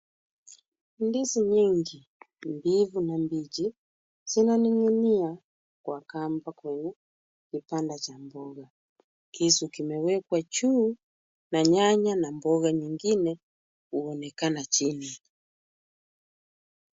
Ndizi nyingi mbivu na mbichi, zinaning'inia kwa kamba kwenye kibanda cha mboga. Kisu kimewekwa juu na nyanya na mboga nyingine huonekana chini.